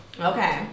Okay